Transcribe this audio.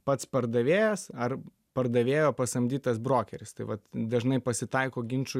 pats pardavėjas ar pardavėjo pasamdytas brokeris tai vat dažnai pasitaiko ginčų